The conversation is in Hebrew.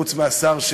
חוץ מהשר,